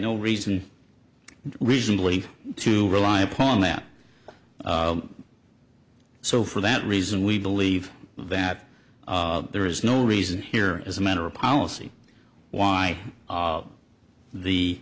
no reason reasonably to rely upon that so for that reason we believe that there is no reason here as a matter of policy why the